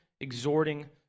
exhorting